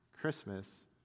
Christmas